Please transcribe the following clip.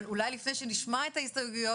אבל אולי לפני שנשמע את ההסתייגויות,